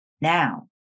Now